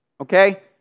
Okay